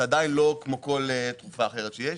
זה עדיין לא כמו כל תרופה אחרת שיש,